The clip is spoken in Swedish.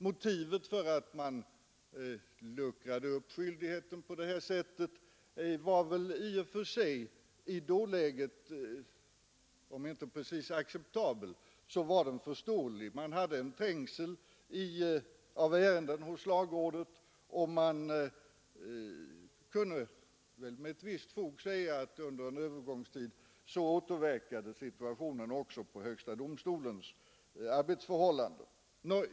Motivet för att man luckrade upp skyldigheten på det sättet var väl i och för sig i dåläget om inte precis acceptabelt så åtminstone förståeligt. Det var trängsel av ärenden hos lagrådet, och det kunde med visst fog sägas att situationen under en övergångstid återverkade också på högsta domstolens arbete.